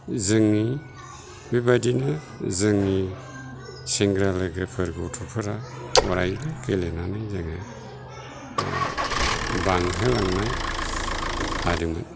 जोंनि बेबादिनो जोंनि सेंग्रा लोगोफोर गथ'फोरा अरायबो गेलेनानै जोङो बांहोलांनाय हादोंमोन